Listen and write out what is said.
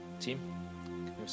team